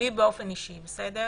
לי באופן אישי ולעוד הרבה